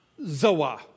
zoa